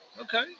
Okay